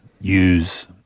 use